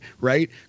right